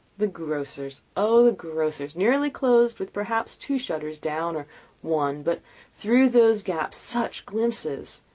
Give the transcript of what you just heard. the grocers'! oh, the grocers'! nearly closed, with perhaps two shutters down, or one but through those gaps such glimpses!